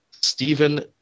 Stephen